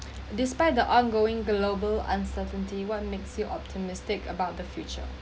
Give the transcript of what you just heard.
despite the ongoing global uncertainty what makes you optimistic about the future